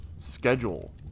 schedule